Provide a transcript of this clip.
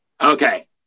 Okay